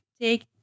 take